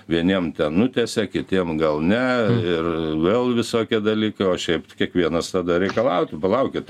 vieniem nutiesė kitiem gal ne ir vėl visokie dalykai o šiaip kiekvienas tada reikalautų palaukit